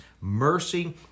mercy